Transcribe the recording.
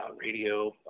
radio